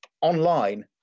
online